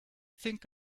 think